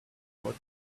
smoke